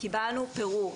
קיבלנו פירור.